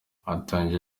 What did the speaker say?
atangiye